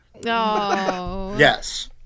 yes